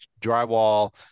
drywall